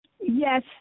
Yes